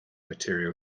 material